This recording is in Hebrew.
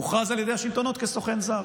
הוכרז על ידי השלטונות כסוכן זר.